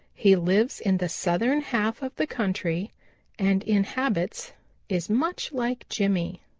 he lives in the southern half of the country and in habits is much like jimmy,